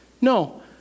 No